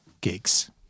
gigs